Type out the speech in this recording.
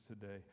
today